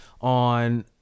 on